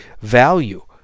value